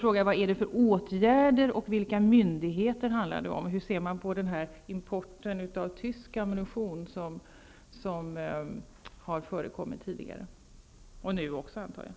Vad rör det sig om för åtgärder och vilka myndigheter handlar det om? Hur ser man på den import av tysk ammunition som har förekommit tidigare och antagligen förekommer fortfarande?